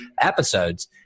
episodes